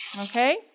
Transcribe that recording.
okay